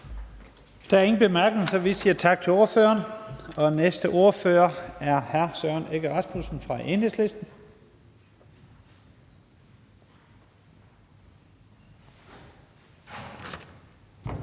Der er ingen korte bemærkninger, så vi siger tak til ordføreren. Og næste ordfører er hr. Søren Egge Rasmussen fra Enhedslisten.